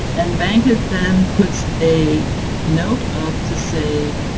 and bankit then puts a note up to say,